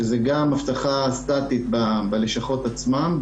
שזו גם אבטחה בלשכות עצמן,